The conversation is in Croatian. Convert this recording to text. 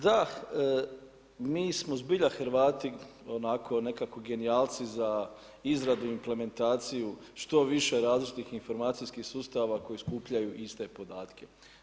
Da, mi smo zbilja Hrvati onako nekako genijalci za izradu i implementaciju što više različitih informacijskih sustava koji skupljaju iste podatke.